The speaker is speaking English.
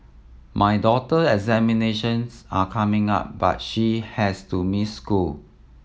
my daughter examinations are coming up but she has to miss school